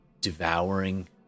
devouring